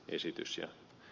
esityksiä